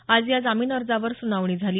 आज या जामीन अर्जावर सुनावणी झाली